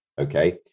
Okay